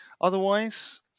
otherwise